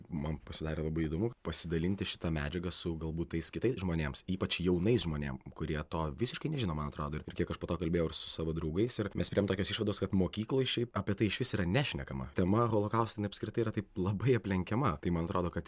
man pasidarė labai įdomu pasidalinti šita medžiaga su galbūt tais kitais žmonėms ypač jaunais žmonėm kurie to visiškai nežino man atrado ir kiek aš pakalbėjau ir su savo draugais ir mes priėjom tokios išvados kad mokykloj šiaip apie tai išvis yra nešnekama tema holokaustinė apskritai yra taip labai aplenkiama tai man atrodo kad